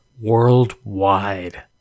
worldwide